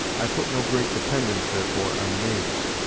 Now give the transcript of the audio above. i put no great dependence, therefore, on names.